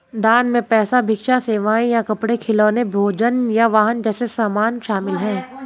दान में पैसा भिक्षा सेवाएं या कपड़े खिलौने भोजन या वाहन जैसे सामान शामिल हैं